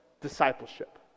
discipleship